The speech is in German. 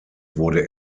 wurde